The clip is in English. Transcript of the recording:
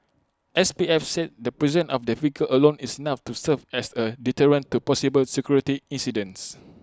S P F said the presence of the vehicle alone is enough to serve as A deterrent to possible security incidents